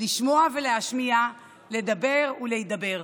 לשמוע ולהשמיע, לדבר ולהידבר.